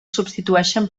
substitueixen